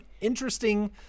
interesting